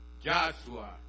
Joshua